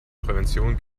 prävention